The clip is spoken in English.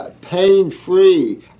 pain-free